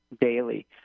daily